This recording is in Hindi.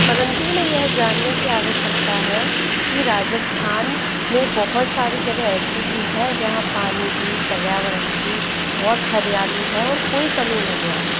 परंतु उन्हें यह जानने की आवश्यकता है कि राजस्थान में बहुत सारी जगह ऐसी भी है जहाँ पानी की पर्यावरण की बहुत हरियाली है और कोई कमी नहीं है